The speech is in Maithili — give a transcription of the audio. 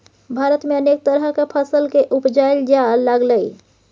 भारत में अनेक तरह के फसल के उपजाएल जा लागलइ